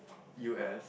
U_S